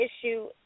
issue